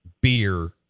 Beer